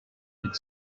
could